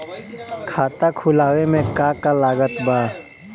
खाता खुलावे मे का का लागत बा?